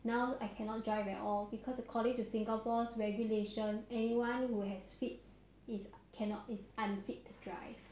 now I cannot drive at all because according to singapore's regulations anyone who has fits is cannot is unfit to drive